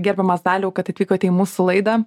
gerbiamas daliau kad atvykote į mūsų laidą